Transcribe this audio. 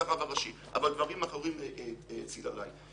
הרב הראשי אבל דברים אחרים האציל עלי.